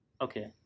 okay